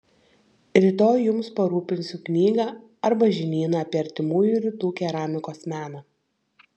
rytoj jums parūpinsiu knygą arba žinyną apie artimųjų rytų keramikos meną